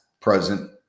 present